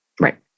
Right